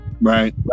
right